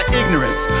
ignorance